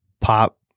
pop